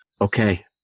Okay